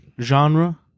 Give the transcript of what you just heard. genre